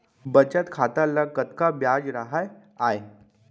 बचत खाता ल कतका ब्याज राहय आय?